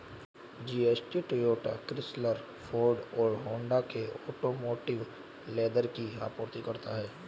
GST Toyota, Chrysler, Ford और Honda के automotive leather की आपूर्ति करता है